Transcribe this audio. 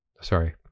sorry